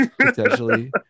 potentially